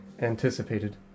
anticipated